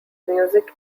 music